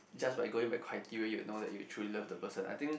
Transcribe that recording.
just by going by criteria you will know that you truly love the person I think